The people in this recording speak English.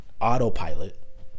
autopilot